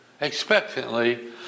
expectantly